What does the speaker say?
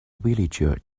villagers